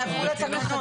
לא.